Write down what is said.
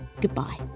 Goodbye